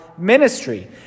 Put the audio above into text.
Ministry